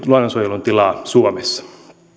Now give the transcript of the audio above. luonnonsuojelun tilaa suomessa